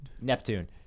Neptune